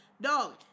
dog